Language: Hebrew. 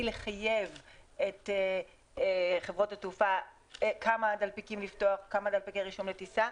לחייב את חברות התעופה לפתוח כמה דלפקי רישום לטיסה.